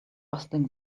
rustling